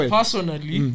personally